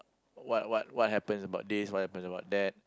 what what what happens about this what happens about that